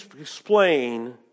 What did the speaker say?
explain